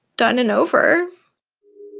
done and over